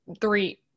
three